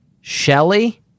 Shelley